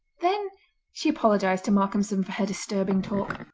then she apologised to malcolmson for her disturbing talk.